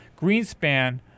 Greenspan